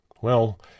Well